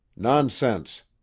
nonsense!